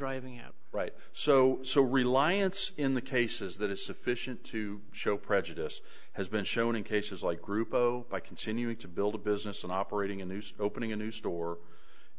driving at right so so reliance in the cases that is sufficient to show prejudice has been shown in cases like grupo by continuing to build a business and operating in the opening a new store